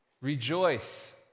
Rejoice